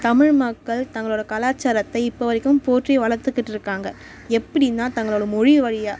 தமிழ் மக்கள் தங்களோடய கலாச்சாரத்தை இப்போ வரைக்கும் போற்றி வளர்த்துக்கிட்ருக்காங்க எப்படின்னா தங்களோடய மொழி வழியாக